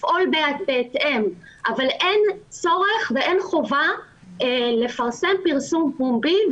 לפעול בהתאם אבל אין צורך ואין חובה לפרסם פרסום פומבי.